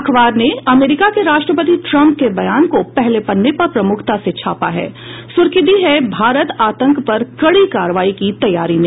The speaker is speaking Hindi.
अखबार ने अमेरिका के राष्ट्रपति ट्रंप के बयान को पहले पन्ने पर प्रमुखता से छापा है सुर्खी दी है भारत आतंक पर बड़ी कार्रवाई की तैयारी में